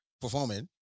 Performing